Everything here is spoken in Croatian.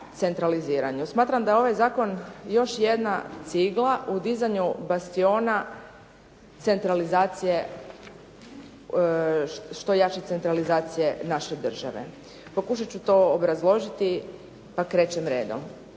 centraliziranju. Smatram da je ovaj zakon još jedna cigla u dizanju bastiona centralizacije, što jače centralizacije naše države. Pokušat ću to obrazložiti pa krećem redom.